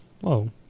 Whoa